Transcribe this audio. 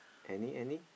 any any